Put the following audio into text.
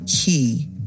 key